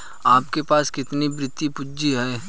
आपके पास कितनी वित्तीय पूँजी है?